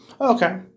Okay